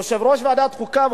יושב-ראש ועדת החוקה,